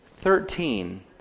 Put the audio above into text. Thirteen